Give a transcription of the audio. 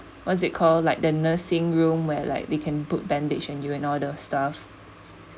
what's it called like the nursing room where like they can put bandage and you and all the stuff